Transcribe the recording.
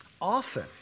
Often